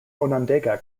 onondaga